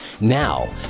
Now